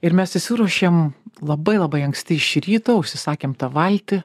ir mes išsiruošėm labai labai anksti iš ryto užsisakėme tą valtį